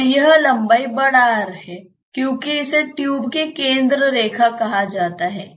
और यह लंबाई R है क्योंकि इसे ट्यूब की केंद्र रेखा कहा जाता है